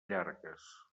llargues